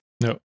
No